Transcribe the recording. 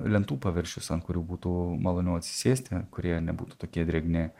lentų paviršius ant kurių būtų maloniau atsisėsti kurie nebūtų tokie drėgni